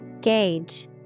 Gauge